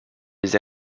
les